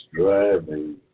driving